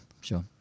sure